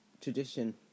tradition